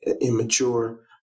immature